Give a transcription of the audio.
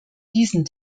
diesen